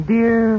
Dear